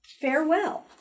Farewell